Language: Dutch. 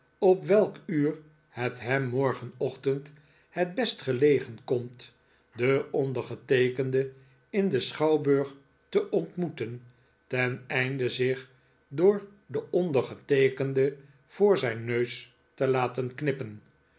op welk uur het hem morgenochtend het best gelegen komt den ondergeteekende in den schouwburg te ontmoeten ten einde zich door den ondergeteekende voor zijn neus te laten knippen